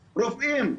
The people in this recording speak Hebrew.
רופאים,